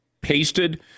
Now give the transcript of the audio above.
pasted